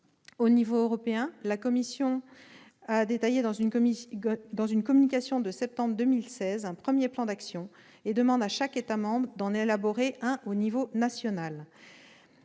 Au niveau européen, la Commission a détaillé, dans une communication de septembre 2016, un premier plan d'action et demande à chaque État membre d'en élaborer un au niveau national.